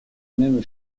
même